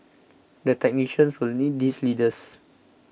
the technicians will need these leaders